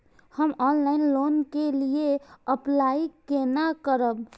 हम online loan के लिए अप्लाई केना करब?